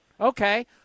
Okay